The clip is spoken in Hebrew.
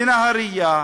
לנהריה,